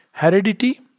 Heredity